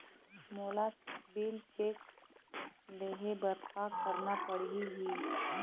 मोला bill check ले हे बर का करना पड़ही ही?